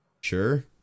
Sure